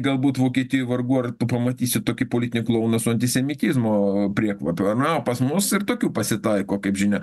galbūt vokietijoj vargu ar tu pamatysi tokį politinį klouną su antisemitizmo priekvapio ane o pas mus ir tokių pasitaiko kaip žinia